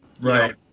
right